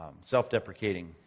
self-deprecating